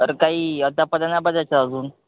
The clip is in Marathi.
आरं काही अत्ता पडेना बा त्याचं अजून